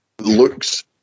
looks